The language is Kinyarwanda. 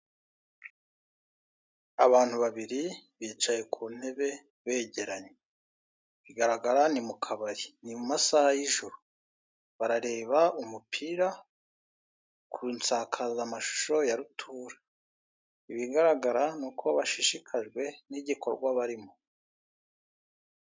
Abantu babiri bicaye ku ntebe begeranye bigaragara ni mu kabari, ni masaha y'ijoro barareba umupira ku nsakazamashusho ya rutura, ibigaragara ni uko bashishikajwe n'igikorwa barimo.